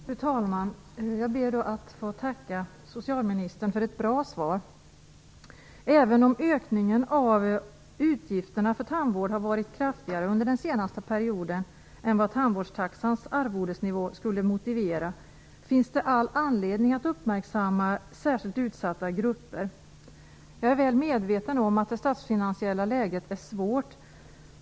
Fru talman! Jag ber att få tacka socialministern för ett bra svar. Även om ökningen utgifterna för tandvården har varit kraftigare under den senaste perioden än vad tandvårdstaxans arvodesnivå skulle motivera, finns det anledning att uppmärksamma särskilt utsatta grupper. Jag är väl medveten om att det statsfinansiella läget är svårt.